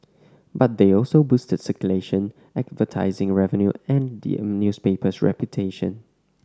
but they also boosted circulation advertising revenue and the newspaper's reputation